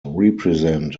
represent